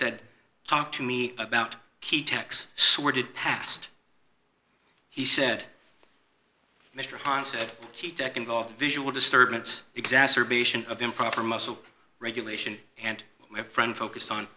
said talk to me about key tax sordid past he said mr hahn said keep that involved visual disturbance exacerbation of improper muscle regulation and my friend focused on